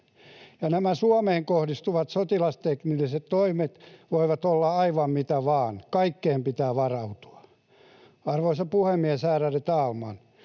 Ja nämä Suomeen kohdistuvat ”sotilasteknilliset” toimet voivat olla aivan mitä vain. Kaikkeen pitää varautua. Arvoisa puhemies, ärade talman!